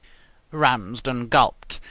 ramsden gulped.